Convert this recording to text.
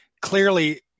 clearly